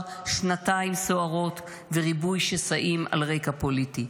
שנתיים סוערות וריבוי שסעים על רקע פוליטי.